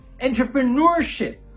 entrepreneurship